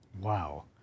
Wow